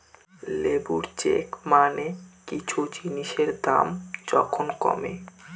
labour চেক মানে কিছু জিনিসের দাম যখন কমে